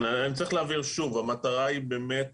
אני צריך להבהיר שוב, המטרה באמת